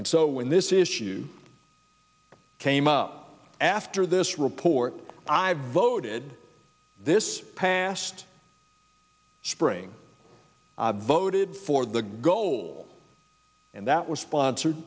and so when this issue came up after this report i voted this past spring voted for the goal and that was sponsored